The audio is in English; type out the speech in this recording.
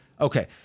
Okay